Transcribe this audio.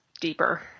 deeper